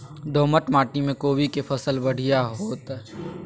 दोमट माटी में कोबी के फसल बढ़ीया होतय?